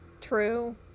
True